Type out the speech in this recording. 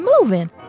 moving